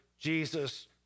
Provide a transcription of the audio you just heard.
Jesus